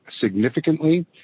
significantly